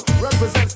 Represent